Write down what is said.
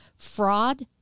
fraud